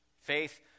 Faith